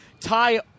tie